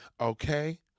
Okay